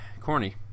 corny